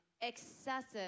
excessive